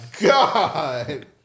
god